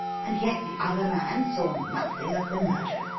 and yet the other man saw nothing of the murderer?